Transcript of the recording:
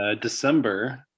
December